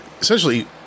Essentially